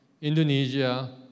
Indonesia